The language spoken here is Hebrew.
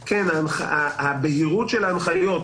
הבהירות של ההנחיות,